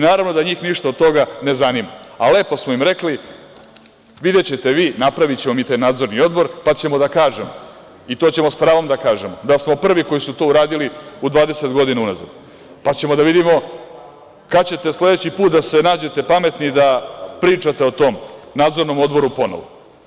Naravno da njih ništa od toga ne zanima, a lepo smo im rekli, videćete vi, napravićemo mi taj Nadzorni odbor pa ćemo da kažemo i to ćemo sa pravom da kažemo, da smo prvi koji su to uradili u 20 godina unazad, pa ćemo da vidimo kada ćete sledeći put da se nađete pametni da pričate o tom Nadzornom odboru ponovo.